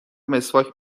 مسواک